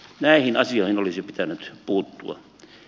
näihin asioihin olisi pitänyt puuttua